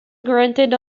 granted